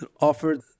offered